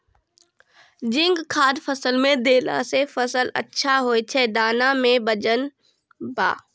zinc खाद फ़सल मे देला से फ़सल अच्छा होय छै दाना मे वजन ब